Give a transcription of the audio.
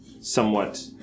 somewhat